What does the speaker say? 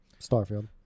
Starfield